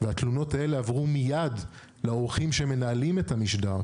והתלונות האלה עברו מיד לעורכים שמנהלים את המשדר.